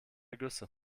ergüsse